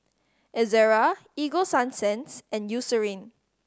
Ezerra Ego Sunsense and Eucerin